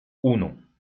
uno